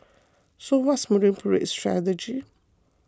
so what's Marine Parade's strategy